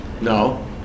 No